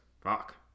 fuck